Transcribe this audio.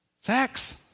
Sex